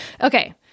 Okay